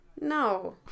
No